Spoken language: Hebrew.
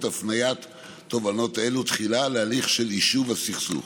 הפניית תובענות אלו תחילה להליך של יישוב הסכסוך.